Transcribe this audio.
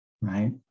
Right